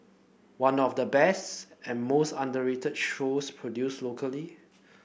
one of the best and most underrated shows produced locally